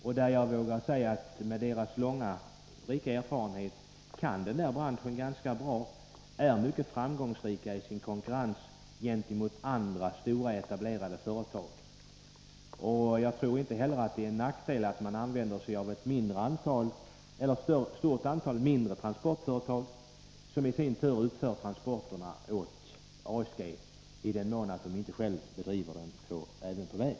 Med dess långa och rika erfarenhet vågar jag säga att ASG kan den branchen ganska bra och är mycket framgångsrikt i sin konkurrens gentemot andra stora etablerade 47 företag. Jag tror inte heller att det är någon nackdel att man använder sig av ett stort antal mindre transportföretag, som i sin tur utför transporterna åt ASG, i den mån ASG inte självt utför dem även på väg.